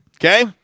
Okay